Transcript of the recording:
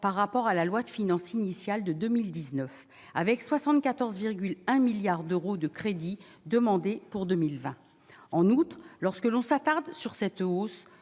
par rapport à la loi de finances initiale de 2019 avec 74 1 milliard d'euros de crédits demandés pour 2020 en août lorsque l'on s'attarde sur cette hausse,